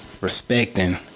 Respecting